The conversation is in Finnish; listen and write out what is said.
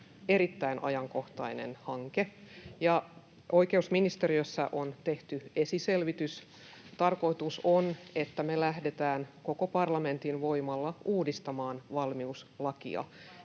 erittäin ajankohtainen hanke, ja oikeusministeriössä on tehty esiselvitys. Tarkoitus on, että me lähdetään koko parlamentin voimalla uudistamaan valmiuslakia,